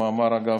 אגב,